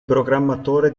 programmatore